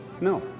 No